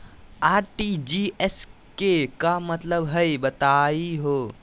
RTGS के का मतलब हई, बताहु हो?